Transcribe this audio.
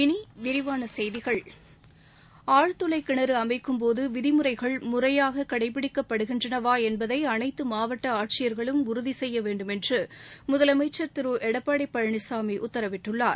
இனி விரிவான செய்திகள் ஆழ்துளை கினறு அமைக்கும் போது விதிமுறைகள் முறையாக கடைப்பிடிக்கப்படுகின்றனவா என்பதை அனைத்து மாவட்ட ஆட்சியர்களும் உறுதி செய்ய வேண்டும் என்று முதலமைச்சர் திரு எடப்பாடி பழனிசாமி உத்தரவிட்டுள்ளார்